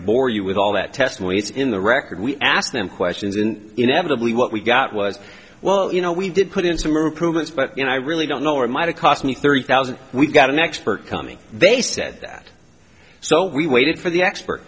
bore you with all that testimony it's in the record we asked them questions and inevitably what we got was well you know we did put in some or prove it but you know i really don't know what might have cost me thirty thousand we've got an expert coming they said that so we waited for the expert